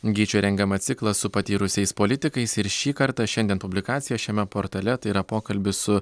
gyčio rengiamą ciklą su patyrusiais politikais ir šį kartą šiandien publikacija šiame portale tai yra pokalbis su